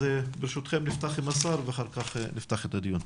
ברשותכם נפתח עם השר ואחר כך נפתח את הדיון.